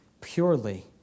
purely